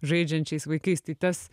žaidžiančiais vaikais tai tas